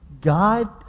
God